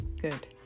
good